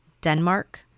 Denmark